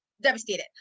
Devastated